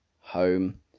home